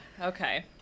Okay